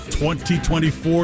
2024